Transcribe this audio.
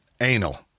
anal